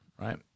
Right